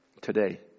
Today